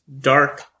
dark